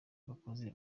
bakozi